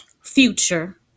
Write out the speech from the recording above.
Future